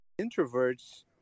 introverts